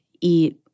eat